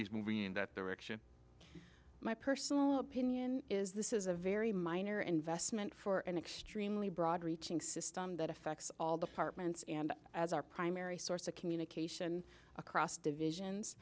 least moving in that direction my personal opinion is this is a very minor investment for an extremely broad reaching system that affects all departments and as our primary source of communication across divisions